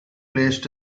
placed